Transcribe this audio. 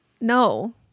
no